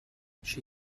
she